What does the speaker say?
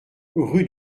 rue